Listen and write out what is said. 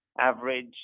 average